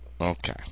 Okay